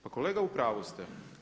Pa kolega u pravu ste.